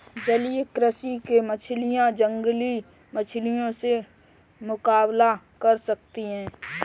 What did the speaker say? जलीय कृषि की मछलियां जंगली मछलियों से मुकाबला कर सकती हैं